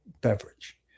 beverage